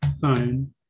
Fine